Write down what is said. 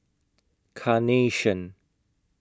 Carnation